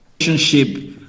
relationship